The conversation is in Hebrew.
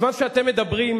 בזמן שאתם מדברים,